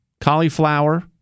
cauliflower